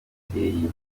yateye